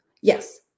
Yes